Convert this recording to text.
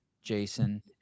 Jason